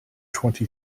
twenty